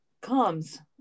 comes